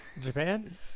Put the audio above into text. Japan